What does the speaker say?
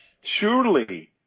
Surely